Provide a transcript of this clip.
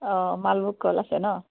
অঁ মালভোগ কল আছে ন